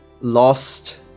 lost